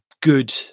good